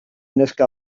neska